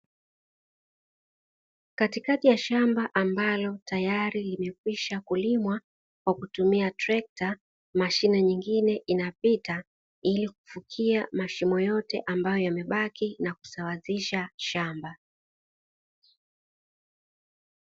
Katikati ya shamba ambalo tayari limekwisha kulimwa, kwa kutumia trekta, mashine nyingine inapita, ili kufukia mashimo yote ambayo yamebaki na kusawazisha shamba.